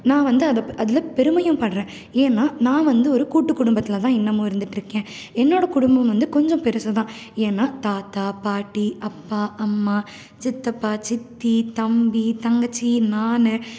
நான் வந்து அதை அதில் பெருமையும் படறேன் ஏன்னா நான் வந்து ஒரு கூட்டு குடும்பத்தில்தான் இன்னமும் இருந்துட்டிருக்கேன் என்னோடய குடும்பம் வந்து கொஞ்சம் பெருசுதான் ஏன்னா தாத்தா பாட்டி அப்பா அம்மா சித்தப்பா சித்தி தம்பி தங்கச்சி நான்